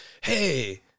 hey